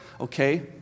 Okay